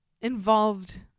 involved